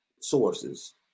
sources